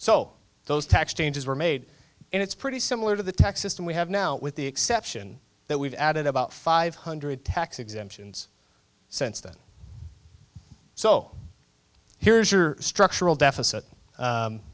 so those tax changes were made and it's pretty similar to the tax system we have now with the exception that we've added about five hundred tax exemptions since then so here's your structural deficit